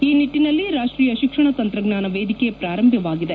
ಈ ನಿಟ್ಟನಲ್ಲಿ ರಾಷ್ಷೀಯ ಶಿಕ್ಷಣ ತಂತ್ರಜ್ಞಾನ ವೇದಿಕೆ ಪ್ರಾರಂಭಿಕವಾಗಿದೆ